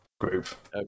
group